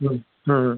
হুম হুম